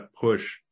push